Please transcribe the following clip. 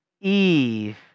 Eve